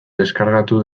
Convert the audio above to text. deskargatu